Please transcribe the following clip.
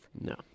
No